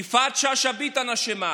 יפעת שאשא ביטון אשמה.